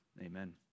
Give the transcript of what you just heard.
Amen